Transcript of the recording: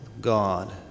God